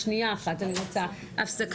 שנייה אחת אני רוצה הפסקה.